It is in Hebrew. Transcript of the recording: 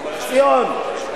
ציון,